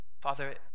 Father